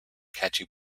catchy